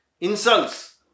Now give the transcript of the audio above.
insults